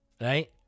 right